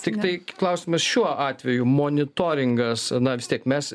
tiktai klausimas šiuo atveju monitoringas na vis tiek mes